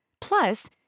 Plus